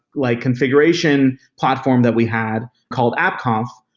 like configuration platform that we had called app conf,